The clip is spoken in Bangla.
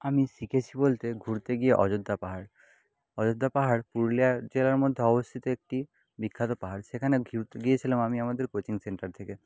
আমি শিখেছি বলতে ঘুরতে গিয়ে অযোধ্যা পাহাড় অযোধ্যা পাহাড় পুরুলিয়া জেলার মধ্যে অবস্থিত একটি বিখ্যাত পাহাড় সেখানে গিয়েছিলাম আমি আমাদের কোচিং সেন্টার থেকে